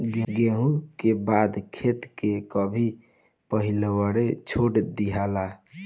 गेंहू के बाद खेत के कभी पलिहरे छोड़ दियाला